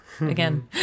again